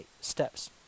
steps